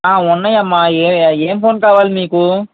ఆ ఉన్నాయమ్మా ఏ ఏం ఫోన్ కావాలి మీకు